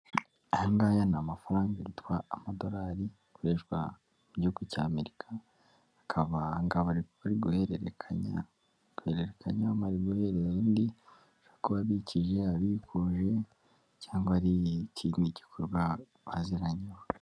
Aya ngaya ni amafaranga yitwa amadolari, akoreshwa mu gihugu cya Amerika, bakaba aba ngaba bari guhererekanya, gahererekanya umwe ari guhereza undi, ashobora kuba abikije, abikuje cyangwa ari ikindi gikorwa baziranyeho.